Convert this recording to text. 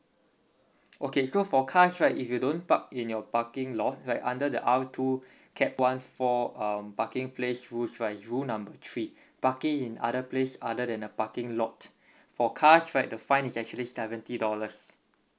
okay so for cars right if you don't park in your parking lot like under the R two cap one four um parking place rules right it's rule number three parking in other place other than the parking lot for cars right the fine is actually seventy dollars